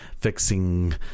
fixing